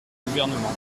gouvernement